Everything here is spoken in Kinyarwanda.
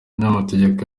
umunyamategeko